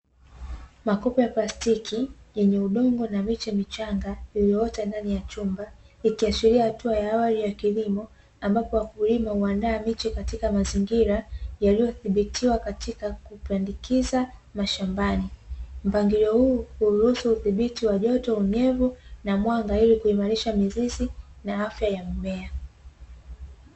Makopo ya plastiki yenye udongo na miche michanga iliyoota ndani ya chumba ikiashiria hatua ya awali ya kilimo ambapo wakulima uandaa miche katika mazingira yaliyothibiwa katika kupandikiza mashambani, mpangilio huu huruhusu uthibiti joto unyevu na mwanga ili kuimarisha mizizi na afya ya mmea